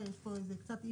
עזבו את הכנסת.